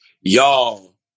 y'all